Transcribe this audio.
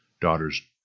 daughters